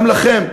גם לכם,